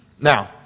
Now